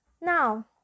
now